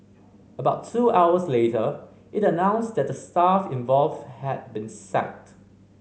about two hours later it announced that the staff involved had been sacked